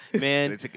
Man